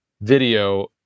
video